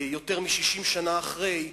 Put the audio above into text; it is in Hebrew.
יותר מ-60 שנה אחרי,